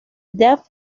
death